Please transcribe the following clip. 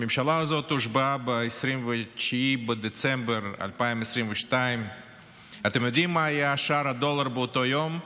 הממשלה הזאת הושבעה ב-29 בדצמבר 2022. אתם יודעים מה היה שער הדולר באותו יום?